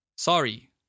Sorry